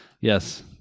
Yes